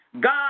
God